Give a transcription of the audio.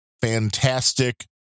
fantastic